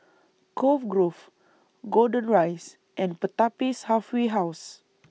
Cove Grove Golden Rise and Pertapis Halfway House